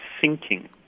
sinking